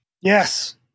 Yes